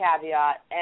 caveat